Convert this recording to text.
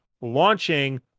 launching